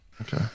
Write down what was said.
Okay